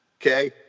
Okay